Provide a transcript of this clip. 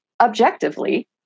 objectively